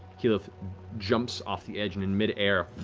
keyleth jumps off the edge, and in midair,